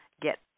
get